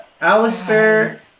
Alistair